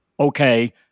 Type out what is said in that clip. Okay